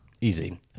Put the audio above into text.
easy